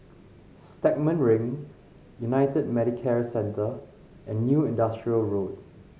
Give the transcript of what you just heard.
Stagmont Ring United Medicare Centre and New Industrial Road